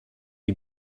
die